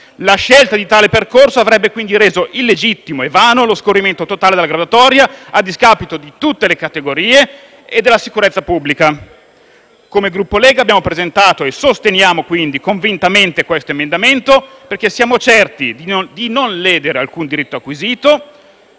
La scelta di tale percorso avrebbe quindi reso illegittimo e vano lo scorrimento totale della graduatoria, a discapito di tutte le categorie di partecipanti e della sicurezza pubblica. Come Gruppo Lega abbiamo quindi presentato e sosteniamo convintamente questo emendamento, perché siamo certi di non ledere alcun diritto acquisito.